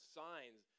signs